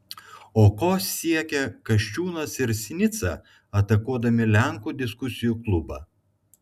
o kuo siekia kasčiūnas ir sinica atakuodami lenkų diskusijų klubą